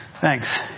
Thanks